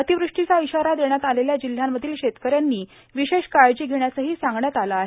अतिवृष्टीचा इशारा देण्यात आलेल्या जिल्ह्यांमधील शेतकऱ्यांनी विशेष काळजी घेण्यासही सांगण्यात आलं आहे